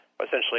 essentially